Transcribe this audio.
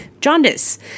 jaundice